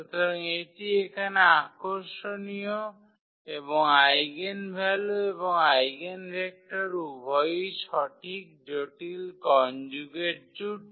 সুতরাং এটি এখানে আকর্ষণীয় এবং আইগেনভ্যালু এবং আইগেনভেক্টর উভয়ই সঠিক জটিল কনজুগেট জুটি